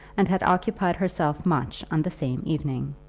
and had occupied herself much on the same evening.